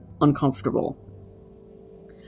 uncomfortable